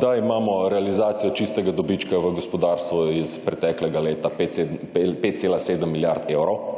da imamo realizacijo čistega dobička v gospodarstvu iz preteklega leta 5,7 milijard evrov.